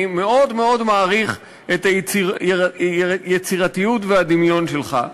אני מאוד מאוד מעריך את היצירתיות והדמיון שלך,